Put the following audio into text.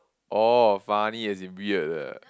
orh funny as in weird ah